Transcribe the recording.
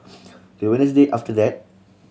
the Wednesday after that